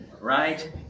right